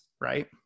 right